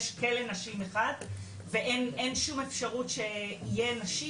יש כלא נשים אחד ואין שום אפשרות שיהיה נשים,